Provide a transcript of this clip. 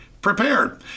prepared